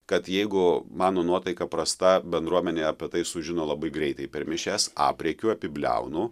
kad jeigu mano nuotaika prasta bendruomenė apie tai sužino labai greitai per mišias aprėkiu apibliaunu